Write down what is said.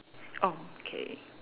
orh K